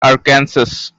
arkansas